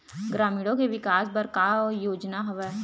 ग्रामीणों के विकास बर का योजना हवय?